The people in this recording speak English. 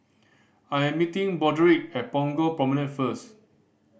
I'm meeting Broderick at Punggol Promenade first